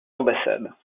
ambassades